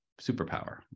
superpower